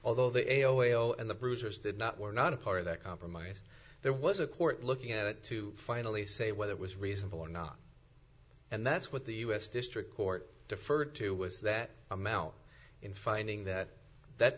although the a o l and the bruisers did not were not a part of that compromise there was a court looking at it to finally say whether it was reasonable or not and that's what the u s district court deferred to was that amount in finding that that